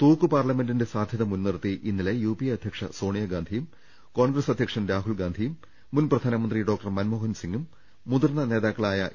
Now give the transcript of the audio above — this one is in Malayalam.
തൂക്കുപാർലമെന്റിന്റെ സാധ്യത മുൻനിർത്തി ഇന്നലെ യു പി എ അധ്യക്ഷ സോണി യാഗാന്ധിയും കോൺഗ്രസ് അധ്യക്ഷൻ രാഹുൽഗാന്ധിയും മുൻപ്രധാനമന്ത്രി ഡോക്ടർ മൻമോഹൻസിംഗും മുതിർന്ന നേതാക്കളായ എ